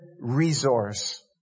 resource